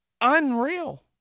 Unreal